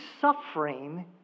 suffering